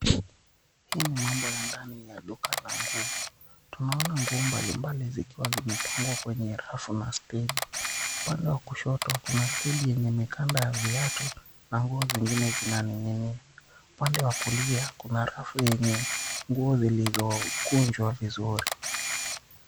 Hii ni mambo ya ndani ya duka la nguo, tunaona nguo mbalimbali zikiwa zimepangwa kwenye rafu na stendi upande wa kushoto, kuna stendi yenye imekanda ya viatu na nguo zingine zina ning'inia upande wa kulia, kuna rafu yenye nguo zilizo kunjwa vizuri.